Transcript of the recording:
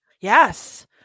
Yes